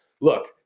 Look